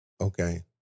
okay